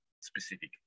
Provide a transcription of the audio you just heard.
specific